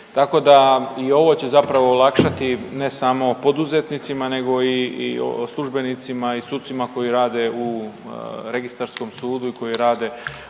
tako da i ovo će zapravo olakšati ne samo poduzetnicima nego i službenicima i sucima koji rade u registarskom sudu i koji rade u